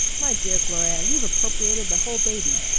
my dear gloria, you've appropriated the whole baby.